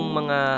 mga